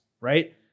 right